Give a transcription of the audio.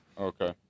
Okay